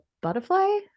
Butterfly